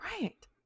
Right